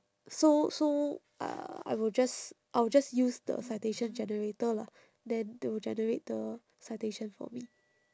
so so uh I will just I will just use the citation generator lah then to generate the citation for me